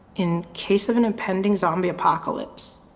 in case of an impending zombie apocalypse.